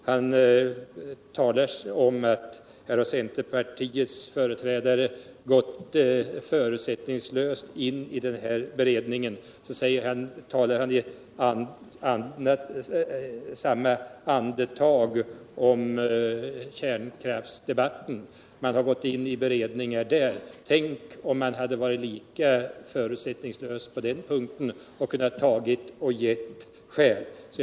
Han talade om att centerpartiets företrädare har gått in i flygindustriberedningen förutsättningslöst. Samtidigt talade han om kärnkraftsdebatten, där man också gått in i beredningar. Tänk om man varit lika förutsättningslös på den punkten och Försvarspolitiken, kunnat ta och ge.